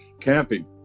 camping